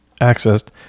accessed